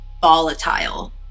volatile